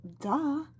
Duh